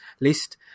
list